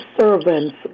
servants